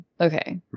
Okay